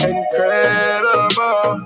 Incredible